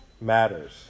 matters